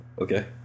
Okay